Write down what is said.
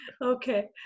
Okay